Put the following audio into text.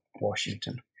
Washington